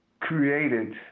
created